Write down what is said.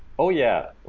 oh, yeah.